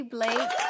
Blake